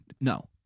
No